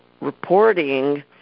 reporting